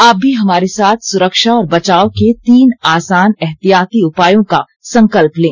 आप भी हमारे साथ सुरक्षा और बचाव के तीन आसान एहतियाती उपायों का संकल्प लें